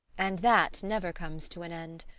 and that never comes to an end.